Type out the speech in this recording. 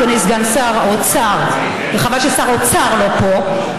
אדוני סגן שר האוצר וחבל ששר האוצר לא פה,